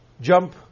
Jump